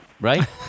right